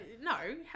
No